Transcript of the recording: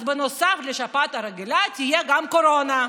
אז נוסף לשפעת הרגילה תהיה גם קורונה,